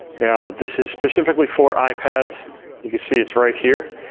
now, this is specifically for ipads you can see it's right here.